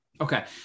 Okay